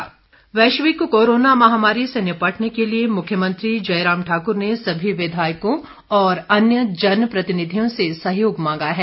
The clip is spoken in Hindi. मुख्यमंत्री वक्तव्य वैश्विक कोरोना महामारी से निपटने के लिए मुख्यमंत्री जयराम ठाकुर ने सभी विधायकों और अन्य जनप्रतिनिधियों से सहयोग मांगा है